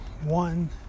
one